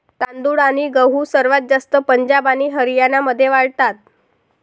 तांदूळ आणि गहू सर्वात जास्त पंजाब आणि हरियाणामध्ये वाढतात